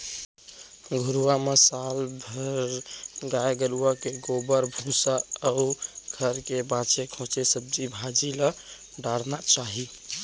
घुरूवा म साल भर गाय गरूवा के गोबर, भूसा अउ घर के बांचे खोंचे सब्जी भाजी ल डारना चाही